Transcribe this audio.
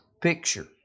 picture